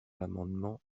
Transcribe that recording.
l’amendement